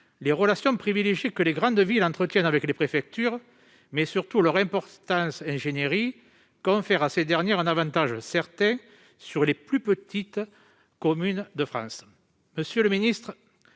Les relations privilégiées que les grandes villes entretiennent avec les préfectures et, surtout, leur importante ingénierie confèrent à ces dernières un avantage certain par rapport aux plus petites communes de France. Monsieur le ministre,